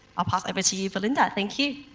i'll pass over to you, belinda. thank you.